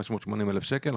580,000 שקל,